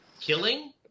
killing